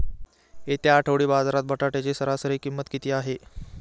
येत्या आठवडी बाजारात बटाट्याची सरासरी किंमत किती आहे?